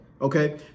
Okay